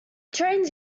trains